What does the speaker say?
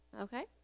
okay